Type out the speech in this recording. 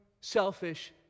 selfish